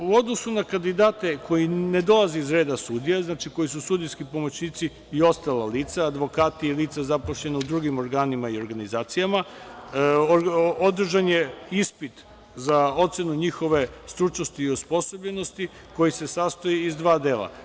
U odnosu na kandidate koji ne dolaze iz reda sudija, znači koji su sudijski pomoćnici i ostala lica, advokati i lica zaposlena u drugim organima i organizacijama, održan je ispit za ocenu njihove stručnosti i osposobljenosti koji se sastoji iz dva dela.